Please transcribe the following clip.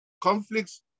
conflicts